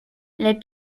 les